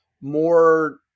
more